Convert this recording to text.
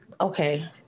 Okay